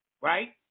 Right